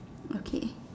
okay